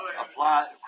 Apply